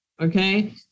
okay